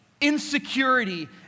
insecurity